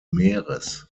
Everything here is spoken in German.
meeres